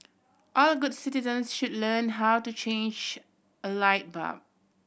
all good citizens should learn how to change a light bulb